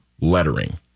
lettering